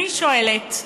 אני שואלת,